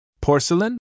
Porcelain